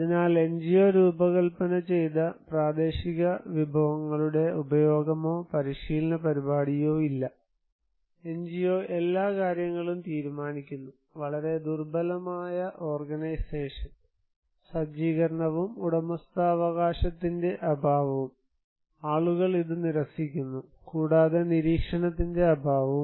അതിനാൽ എൻജിഒ രൂപകൽപ്പന ചെയ്ത പ്രാദേശിക വിഭവങ്ങളുടെ ഉപയോഗമോ പരിശീലന പരിപാടിയോ ഇല്ല എൻജിഒ എല്ലാ കാര്യങ്ങളും തീരുമാനിക്കുന്നു വളരെ ദുർബലമായ ഓർഗനൈസേഷൻ സജ്ജീകരണവും ഉടമസ്ഥാവകാശത്തിന്റെ അഭാവവും ആളുകൾ ഇത് നിരസിക്കുന്നു കൂടാതെ നിരീക്ഷണത്തിൻറെ അഭാവവും